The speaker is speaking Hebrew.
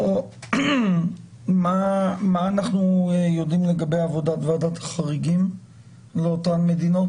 מה אנחנו יודעים לגבי עבודת ועדת החריגים לאותן מדינות?